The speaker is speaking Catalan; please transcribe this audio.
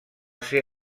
ser